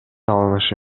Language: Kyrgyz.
алынышы